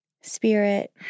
spirit